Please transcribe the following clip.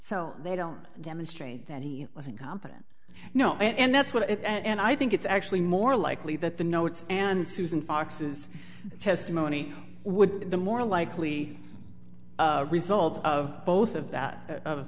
so they don't demonstrate that he was incompetent you know and that's what and i think it's actually more likely that the notes and susan fox's testimony would be the more likely result of both of